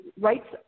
rights